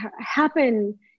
happen